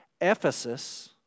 Ephesus